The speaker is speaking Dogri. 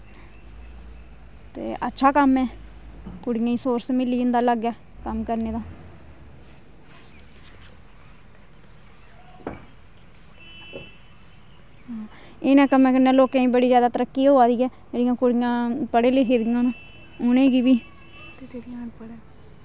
ते अच्छा कम्म ऐ कुड़ियां ई सोर्स मिली जंदा लागै कम्म करने दा इ'नें कम्में कन्नै लोकें दी बड़ी जादा तरक्की होआ दी ऐ जेह्ड़ियां कुड़ियां पढ़ी लिखी दियां न उ'नें गी बी